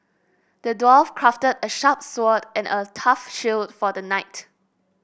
the dwarf crafted a sharp sword and a tough shield for the knight